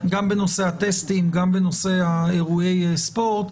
גם בנושא הטסטים, גם בנושא אירועי ספורט,